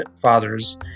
fathers